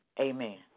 Amen